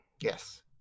Yes